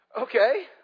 okay